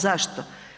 Zašto?